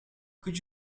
could